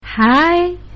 Hi